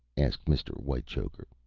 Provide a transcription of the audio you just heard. asked mr. whitechoker.